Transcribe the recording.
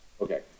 Okay